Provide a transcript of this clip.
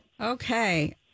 Okay